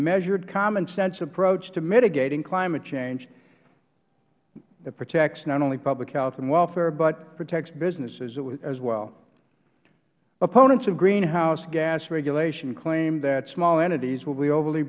measured common sense approach to mitigating climate change that protects not only public health and welfare but protects businesses as well opponents of greenhouse gas regulation claim that small entities will be overly